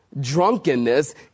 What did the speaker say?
drunkenness